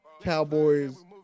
Cowboys